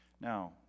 Now